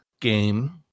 game